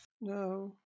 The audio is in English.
No